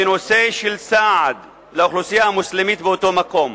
בנושא של סעד לאוכלוסייה המוסלמית באותו מקום.